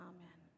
Amen